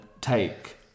take